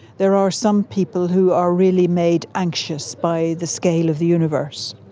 there are some people who are really made anxious by the scale of the universe.